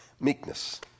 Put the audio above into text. Meekness